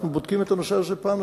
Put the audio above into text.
אנחנו בודקים את הנושא הזה פעם נוספת.